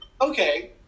okay